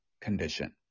condition